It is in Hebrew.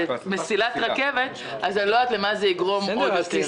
מסילת רכבת אני לא יודעת למה זה יגרום עוד יותר.